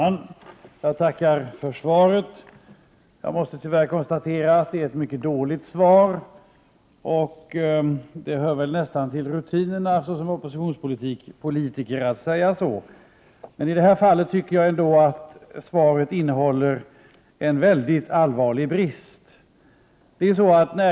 Herr talman! Jag tackar för svaret. Jag måste tyvärr konstatera att det var ett mycket dåligt svar. Det hör väl nästan till rutinen att oppositionspolitiker skall säga så, men i det här fallet tycker jag att svaret hade en mycket allvarlig brist.